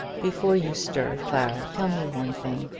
before you stir, clara, tell me one thing.